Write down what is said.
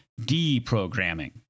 deprogramming